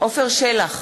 עפר שלח,